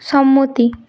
সম্মতি